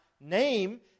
name